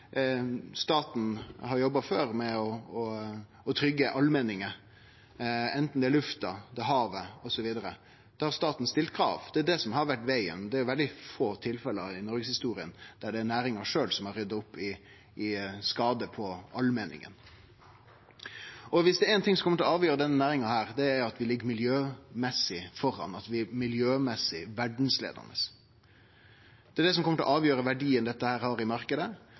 staten har jobba før med å tryggje allmenningar, anten det er lufta, eller det er havet, osv. Da har staten stilt krav. Det er det som har vore vegen. Det er veldig få tilfelle i noregshistoria av at næringa sjølv har rydda opp i skade på allmenningen. Er det éin ting som kjem til å avgjere denne næringa, er det at vi ligg miljømessig framme, at vi er miljømessig verdsleiande. Det er det som kjem til å avgjere verdien dette har i